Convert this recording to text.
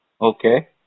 Okay